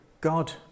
God